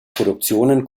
produktionen